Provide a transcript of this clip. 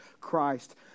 Christ